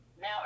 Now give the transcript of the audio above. now